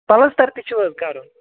plaster تہِ چھُ حظ کَرُن